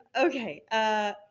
Okay